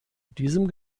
diesem